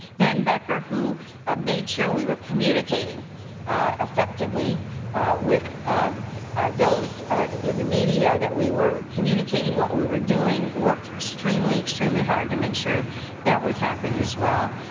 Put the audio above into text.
ben becker, who ah made sure we were communicating effectively with those in the media that we were communicating what we were doing, worked extremely extremely hard to make sure that was happening as well.